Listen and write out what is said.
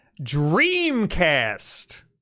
dreamcast